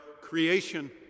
creation